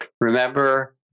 Remember